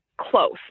close